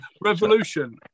revolution